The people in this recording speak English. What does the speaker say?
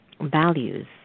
values